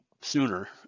sooner